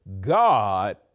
God